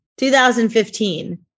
2015